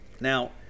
Now